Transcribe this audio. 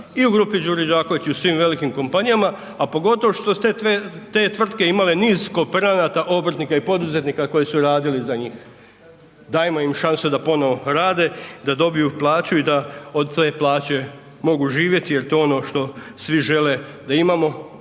i u grupi Đure Đaković i u svim velikim kompanijama, a pogotovo što su te tvrtke imale niz kooperanata, obrtnika i poduzetnika koji su radili za njih. Dajemo im šansu da ponovo rade, da dobiju plaću i da od te plaće mogu živjeti jer to je ono što svi žele, da imamo